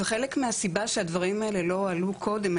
וחלק מהסיבה שהדברים האלה לא עלו קודם,